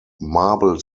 marble